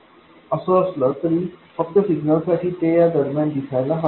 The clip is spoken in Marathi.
तर असं असलं तरी फक्त सिग्नलसाठी ते या दरम्यान दिसायला हवे